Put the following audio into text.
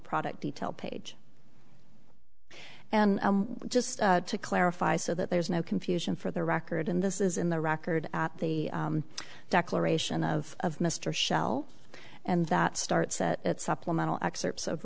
product detail page and just to clarify so that there's no confusion for the record and this is in the record at the declaration of mr shell and that starts at supplemental excerpts of